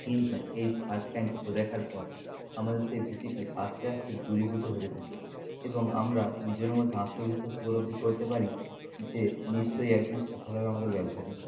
কিন্তু এই shark tank show দেখার পর আমাদের সেই ভীতিটি আস্তে আস্তে দূরীভূত হতে থাকে এবং আমরা নিজের মতো আত্মবিশ্বাস উপলব্ধি করতে পারি যে নিশ্চয়ই এক দিন সফল হবে আমাদের ব্যবসাটি